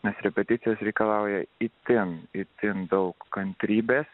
nes repeticijos reikalauja itin itin daug kantrybės